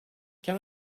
can